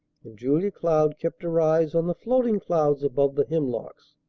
and julia cloud kept her eyes on the floating clouds above the hemlocks.